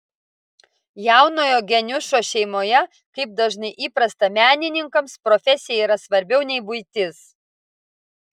jaunojo geniušo šeimoje kaip dažnai įprasta menininkams profesija yra svarbiau nei buitis